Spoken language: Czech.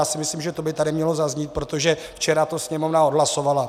Já si myslím, že to by tady mělo zaznít, protože včera to Sněmovna odhlasovala.